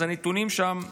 אז הנתונים שם חסרים.